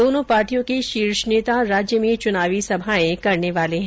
दोनों पार्टियों के शीर्ष नेता राज्य में चुनावी सभाए करने वाले है